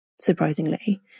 surprisingly